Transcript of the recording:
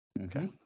Okay